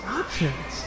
options